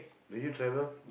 do you travel